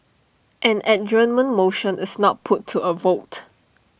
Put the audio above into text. an adjournment motion is not put to A vote